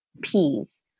peas